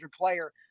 player